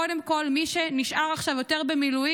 קודם כול מי שנשאר עכשיו יותר במילואים